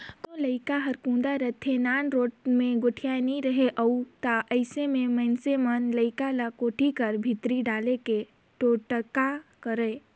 कोनो लरिका हर कोदा रहथे, नानरोट मे गोठियात नी रहें उ ता अइसे मे मइनसे मन लरिका ल कोठी कर भीतरी डाले के टोटका करय